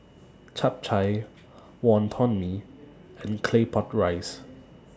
Chap Chai Wonton Mee and Claypot Rice